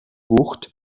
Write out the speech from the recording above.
bucht